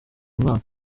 umwana